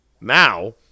now